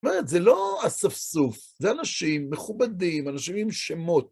זאת אומרת, זה לא אספסוף, זה אנשים מכובדים, אנשים עם שמות.